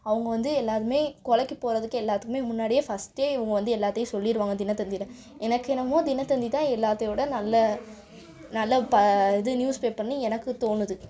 அவங்க வந்து எல்லோருமே கொலைக்கு போகிறதுக்கு எல்லாத்துக்குமே முன்னாடியே ஃபர்ஸ்ட்டே இவங்க வந்து எல்லாத்தையும் சொல்லிவிடுவாங்க தினத்தந்தியில் எனக்கு என்னமோ தினத்தந்தி தான் எல்லாத்தையும் விட நல்ல நல்ல ப இது நியூஸ் பேப்பர்ன்னு எனக்கு தோணுது